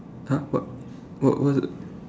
!huh! what what what th~